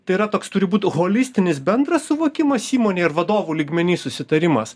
tai yra toks turi būt holistinis bendras suvokimas įmonėj ir vadovų lygmeny susitarimas